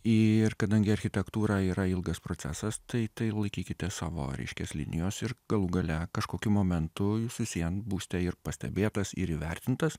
ir kadangi architektūra yra ilgas procesas tai tai laikykite savo reiškias linijos ir galų gale kažkokiu momentu jūs vis vien būsite ir pastebėtas ir įvertintas